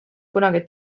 kunagi